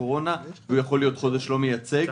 הקורונה והוא יכול להיות חודש לא מייצג.